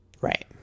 Right